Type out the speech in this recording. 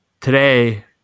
Today